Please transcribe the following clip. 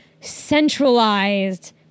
centralized